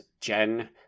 Jen